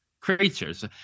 Creatures